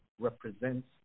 represents